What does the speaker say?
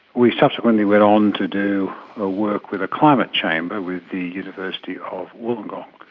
we subsequently went on to do a work with a climate chamber with the university of wollongong.